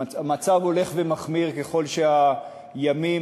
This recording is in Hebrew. המצב הולך ומחמיר ככל שהימים,